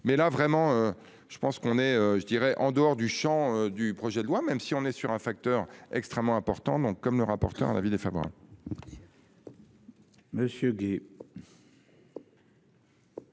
mais là vraiment je pense qu'on est, je dirais, en dehors du Champ du projet de loi, même si on est sur un facteur extrêmement important, donc comme le rapporteur, un avis défavorable.